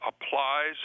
applies